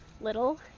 little